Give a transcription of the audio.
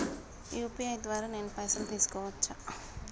UPI ద్వారా నేను పైసలు తీసుకోవచ్చా?